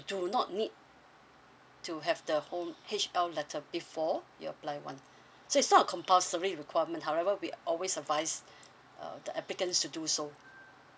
do not need to have the whole H_L letter before you apply one so it's not compulsory requirement however we always advise uh the applicants to do so